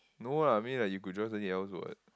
no lah I mean like you could join something else what